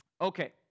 Okay